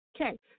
Okay